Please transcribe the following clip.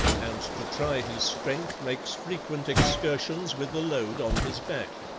and to try his strength makes frequent excursions with a load on his back.